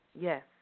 Yes